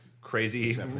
crazy